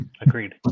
Agreed